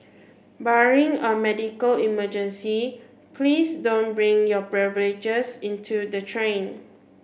barring a medical emergency please don't bring your beverages into the train